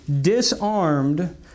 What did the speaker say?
disarmed